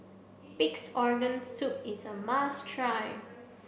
Pig's Organ Soup is a must try